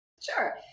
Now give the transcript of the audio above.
Sure